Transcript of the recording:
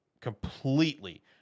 completely